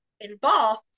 involved